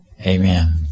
Amen